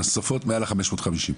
נוספות מעל ה-550.